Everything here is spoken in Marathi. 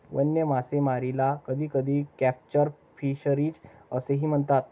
वन्य मासेमारीला कधीकधी कॅप्चर फिशरीज असेही म्हणतात